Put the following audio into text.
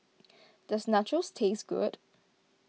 does Nachos taste good